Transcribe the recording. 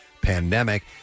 pandemic